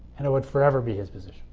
and it would forever be his position